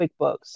quickbooks